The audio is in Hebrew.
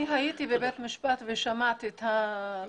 אני הייתי בבית המשפט ושמעתי את הדבר הזה.